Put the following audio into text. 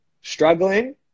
struggling